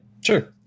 Sure